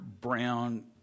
brown